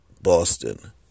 Boston